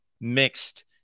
mixed